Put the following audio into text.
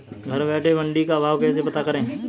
घर बैठे मंडी का भाव कैसे पता करें?